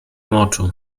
moczu